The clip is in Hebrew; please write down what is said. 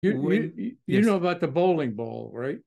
אתה יודע על כדור הבאולינג, נכון?